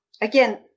again